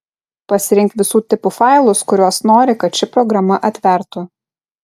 pasirink visų tipų failus kuriuos nori kad ši programa atvertų